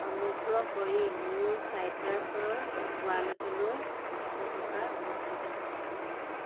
অনুগ্ৰহ কৰি মোৰ চাইট্ৰাছৰ ৱালেটলৈ দুশ টকা প্ৰ'চেছ কৰক